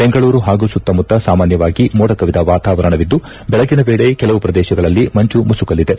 ಬೆಂಗಳೂರು ಹಾಗು ಸುತ್ತಮುತ್ತ ಸಾಮಾನ್ಯವಾಗಿ ಮೋಡ ಕವಿದ ವಾತಾವರಣವಿದ್ದು ಬೆಳಗಿನ ವೇಳೆ ಕೆಲವು ಪ್ರದೇಶಗಳಲ್ಲಿ ಮಂಜು ಮುಸುಕಲಿದೆ